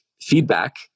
feedback